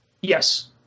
Yes